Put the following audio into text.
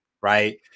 right